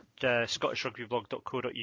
scottishrugbyblog.co.uk